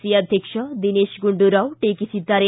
C ಅಧ್ವಕ್ಷ ದಿನೇಶ್ ಗುಂಡೂರಾವ್ ಟೀಕಿಸಿದ್ದಾರೆ